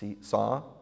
saw